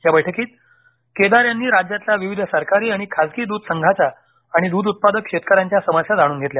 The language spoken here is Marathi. या बैठकीत केदार यांनी राज्यातील विविध सरकारी आणि खाजगी द्ध संघांच्या आणि द्ध उत्पादक शेतक यांच्या समस्या जाणून घेतल्या